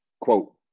Quote